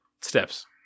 Steps